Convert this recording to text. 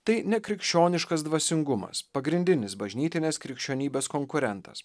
tai nekrikščioniškas dvasingumas pagrindinis bažnytinės krikščionybės konkurentas